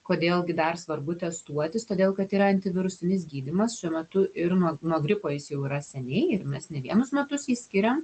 kodėl gi dar svarbu testuotis todėl kad yra antivirusinis gydymas šiuo metu ir nuo nuo gripo jis jau yra seniai ir mes ne vienus metus jį skiriam